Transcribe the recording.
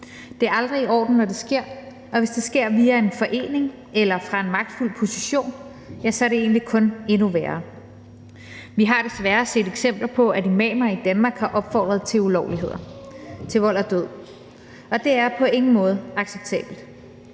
Det er aldrig i orden, når det sker, og hvis det sker via en forening eller fra en magtfuld position, så er det egentlig kun endnu værre. Vi har desværre set eksempler på, at imamer i Danmark har opfordret til ulovligheder, til vold og død, og det er på ingen måde acceptabelt.